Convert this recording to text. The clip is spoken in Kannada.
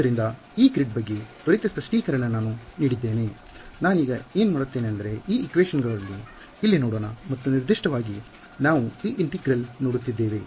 ಆದ್ದರಿಂದ ಈ ಗ್ರಿಡ್ ಬಗ್ಗೆ ತ್ವರಿತ ಸ್ಪಷ್ಟೀಕರಣ ನಾನು ನೀಡಿದ್ದೇನೆ ನಾ ನೀಗ ಎನ್ ಮಾಡುತ್ತೇನೆ ಅಂದರೆ ಈ ಈಕ್ವೇಷನ್ ಗಳನ್ನು ಇಲ್ಲಿ ನೋಡೋಣ ಮತ್ತು ನಿರ್ದಿಷ್ಟವಾಗಿ ನಾವು ಈ ಇಂಟಿಗ್ರಲ್ ನೋಡುತ್ತಿದ್ದೇವೆ